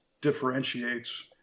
differentiates